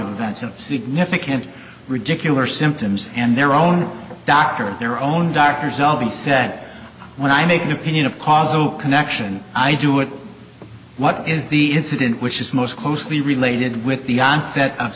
events of significant ridiculous symptoms and their own doctor their own doctors obvious that when i make an opinion of causal connection i do it what is the incident which is most closely related with the onset of